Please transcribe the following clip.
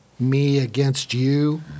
me-against-you